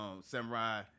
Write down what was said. samurai